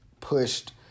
pushed